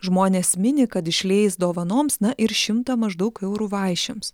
žmonės mini kad išleis dovanoms na ir šimtą maždaug eurų vaišėms